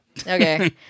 Okay